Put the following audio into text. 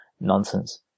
Nonsense